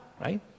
right